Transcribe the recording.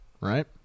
right